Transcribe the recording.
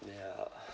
yeah